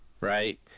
right